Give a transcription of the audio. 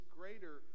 greater